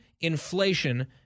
inflation